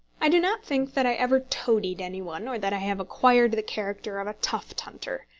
i do not think that i ever toadied any one, or that i have acquired the character of a tuft-hunter.